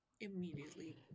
immediately